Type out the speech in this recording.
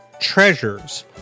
treasures